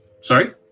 Sorry